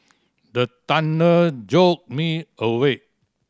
the thunder jolt me awake